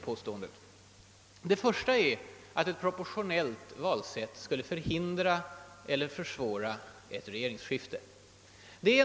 Den första är att ett proportionellt valsätt skulle förhindra eller försvåra ett regeringsskifte.